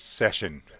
session